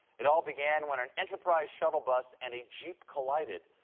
it all began when an enterprise shuttle bus and a jeep collided.